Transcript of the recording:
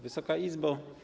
Wysoka Izbo!